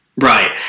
Right